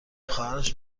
خواهرش